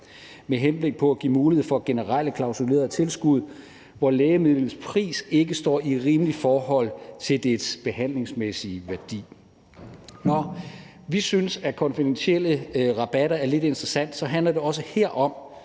med henblik på at give mulighed for generelle klausulerede tilskud, hvor lægemidlets pris ikke står i rimeligt forhold til dets behandlingsmæssige værdi. Når vi synes, at konfidentielle rabatter er lidt interessante, handler det også her om,